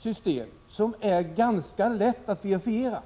system som det aktuella, som såvitt jag förstår är ganska lätt att verifiera.